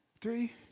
Three